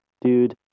dude